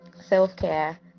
Self-care